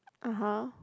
(uh huh)